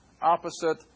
opposite